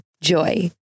Joy